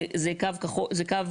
זה קו אדום